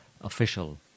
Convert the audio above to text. official